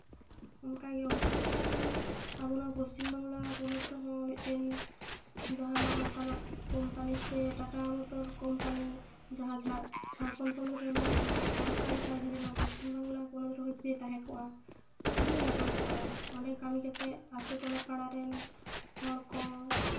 ᱚᱱᱠᱟᱜᱮ ᱚᱱᱠᱟ ᱞᱮᱠᱟ ᱛᱮᱦᱚᱸ ᱟᱵᱚ ᱱᱚᱣᱟ ᱯᱚᱪᱷᱤᱢ ᱵᱟᱝᱞᱟ ᱯᱚᱱᱚᱛ ᱨᱮᱦᱚᱸ ᱢᱤᱫᱴᱟᱝ ᱡᱟᱦᱟᱱᱟᱜ ᱚᱱᱠᱟᱱᱟᱜ ᱠᱳᱢᱯᱟᱱᱤ ᱥᱮ ᱴᱟᱴᱟ ᱢᱳᱴᱚᱨ ᱠᱳᱢᱯᱟᱱᱤ ᱡᱟᱦᱟᱸ ᱡᱟᱦᱟᱸ ᱡᱷᱟᱲᱠᱷᱚᱸᱰ ᱯᱚᱱᱚᱛ ᱨᱮ ᱢᱮᱱᱟᱜ ᱫᱚ ᱚᱱᱠᱟ ᱞᱮᱠᱟ ᱡᱩᱫᱤ ᱯᱚᱥᱪᱤᱢᱵᱟᱝᱞᱟ ᱯᱚᱱᱚᱛ ᱨᱮᱦᱚᱸ ᱡᱩᱫᱤ ᱛᱟᱦᱮᱸ ᱠᱚᱜᱼᱟ ᱟᱹᱰᱤ ᱜᱮ ᱱᱟᱯᱟᱭ ᱠᱚᱜᱼᱟ ᱚᱸᱰᱮ ᱠᱟᱹᱢᱤ ᱠᱟᱛᱮ ᱟᱛᱳ ᱴᱚᱞᱟ ᱯᱟᱲᱟ ᱨᱮᱱ ᱦᱚᱲ ᱠᱚ